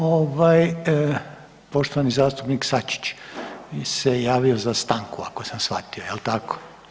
Ovaj poštovani zastupnik Sačić se javio za stanku ako sam shvatio jel tako?